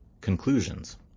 Conclusions